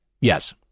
Yes